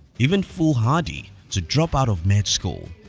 even foolhardy, to drop out of med school,